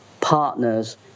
partners